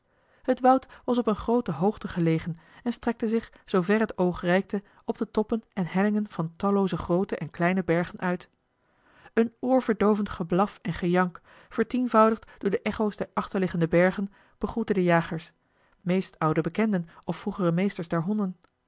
het woud was op een groote hoogte gelegen en strekte zich zoover het oog reikte op de toppen en hellingen van tallooze groote en kleine bergen uit een oorverdoovend geblaf en gejank vertienvoudigd door de echo's der achterliggende bergen begroette de jagers meest oude bekenden of vroegere meesters der honden